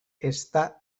está